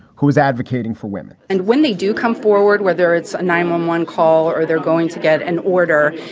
who is advocating for women and when they do come forward, whether it's a nine um eleven call or they're going to get an order,